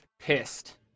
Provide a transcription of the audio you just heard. pissed